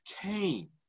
came